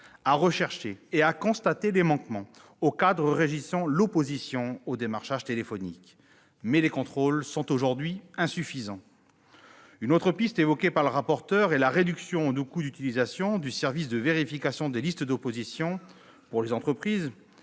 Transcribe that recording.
à rechercher et à constater les manquements au cadre régissant l'opposition au démarchage téléphonique. Ces contrôles sont aujourd'hui insuffisants. Une autre piste, évoquée par le rapporteur, est la réduction du coût d'utilisation du service de vérification des listes d'opposition pour les entreprises